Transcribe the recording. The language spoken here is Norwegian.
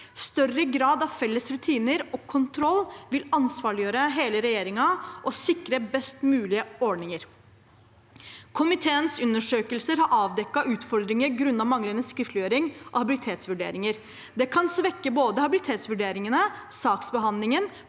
Større grad av felles rutiner og kontroll vil ansvarliggjøre hele regjeringen og sikre best mulige ordninger. Komiteens undersøkelser har avdekket utfordringer grunnet manglende skriftliggjøring av habilitetsvurderinger. Det kan svekke både habilitetsvurderingene, saksbehandlingen,